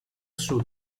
sud